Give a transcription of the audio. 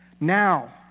Now